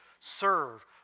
serve